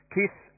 Keith